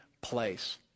place